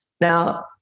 Now